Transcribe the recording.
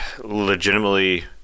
legitimately